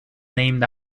named